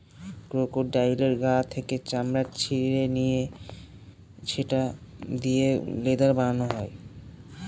ক্রোকোডাইলের গা থেকে চামড়া ছিলে নিয়ে সেটা দিয়ে লেদার বানানো হয়